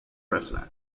president